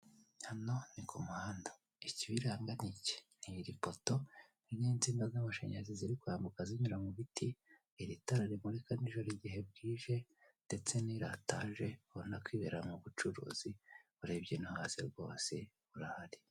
Hano ni kumuhanda ikibiranga niki? Niri poto ninsinga z'amashanyarazi ziri kwambuka zinyura mubiti iri tara rimurika nijoro igihe bwije ndetse niriya taje ubona ko iberankwe n'ubucuruzi urebye no hanze rwose urahari.